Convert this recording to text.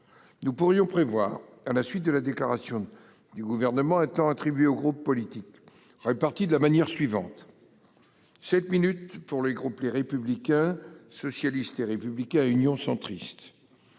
nous pourrions prévoir, à la suite de la déclaration du Gouvernement, un temps attribué aux groupes politiques réparti de la manière suivante : sept minutes pour les groupes Les Républicains, socialiste et républicain et Union Centriste,